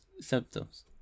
symptoms